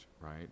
right